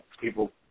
People